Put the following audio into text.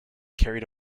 carried